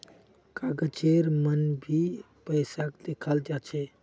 कागजेर मन भी पैसाक दखाल जा छे